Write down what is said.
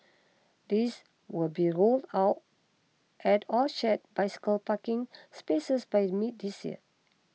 these will be rolled out at all shared bicycle parking spaces by mid this year